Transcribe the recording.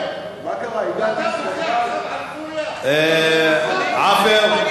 סורים, ואתה רוצה עכשיו, השר רוצה להשיב לך.